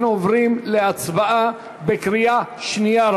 אנחנו עוברים להצבעה בקריאה שנייה.